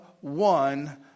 one